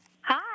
Hi